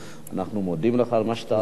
אנחנו מודים לך על מה שאתה עשית, תודה רבה.